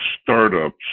startups